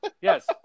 Yes